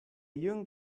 young